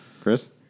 Chris